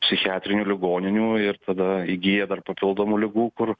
psichiatrinių ligoninių ir tada įgyja dar papildomų ligų kur